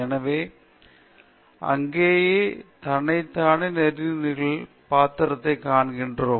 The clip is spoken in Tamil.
எனவே அங்கேயே தன்னைத்தானே நன்னெறிகளின் பாத்திரத்தை காண்கிறோம்